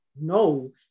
no